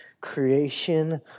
Creation